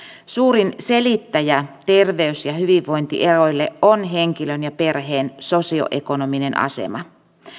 suurin selittäjä terveys ja ja hyvinvointieroille on henkilön ja perheen sosioekonominen asema